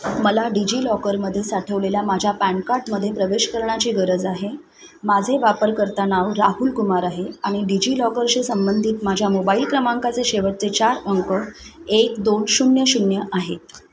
मला डिजि लॉकरमध्ये साठवलेल्या माझ्या पॅन कार्डमध्ये प्रवेश करण्याची गरज आहे माझे वापरकर्ता नाव राहुल कुमार आहे आणि डिजि लॉकरशी संबंधित माझ्या मोबाईल क्रमांकाचे शेवटचे चार अंक एक दोन शून्य शून्य आहेत